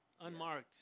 unmarked